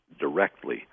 directly